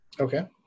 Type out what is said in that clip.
Okay